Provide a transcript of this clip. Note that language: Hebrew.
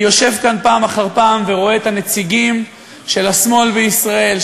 אני יושב כאן פעם אחר פעם ורואה את הנציגים של השמאל בישראל,